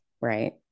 right